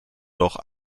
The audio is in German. doch